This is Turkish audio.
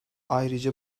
ayrıca